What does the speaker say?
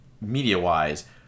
media-wise